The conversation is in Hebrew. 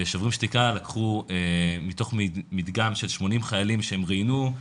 ו"שוברים שתיקה" לקחו מתוך מדגם של 80 חיילים שהם ראיינו,